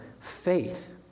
faith